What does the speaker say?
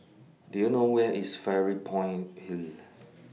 Do YOU know Where IS Fairy Point Hill